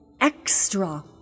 extra